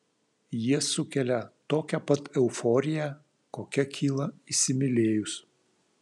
jie sukelia tokią pat euforiją kokia kyla įsimylėjus